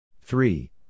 Three